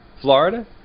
Florida